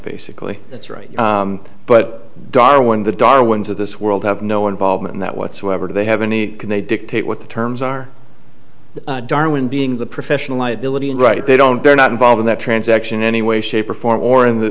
basically that's right but darwin the darwin's of this world have no involvement in that whatsoever do they have any can they dictate what the terms are darwin being the professional liability and right they don't they're not involved in that transaction in any way shape or form or in